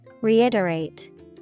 Reiterate